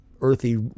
earthy